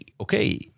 okay